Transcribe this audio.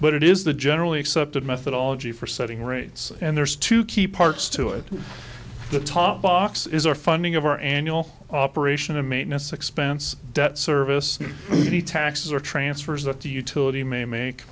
but it is the generally accepted methodology for setting rates and there's two key parts to it the top box is our funding of our annual operation and maintenance expense debt service taxes or transfers that the utility may make